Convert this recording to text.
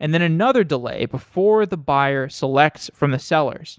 and then another delay before the buyer selects from the sellers.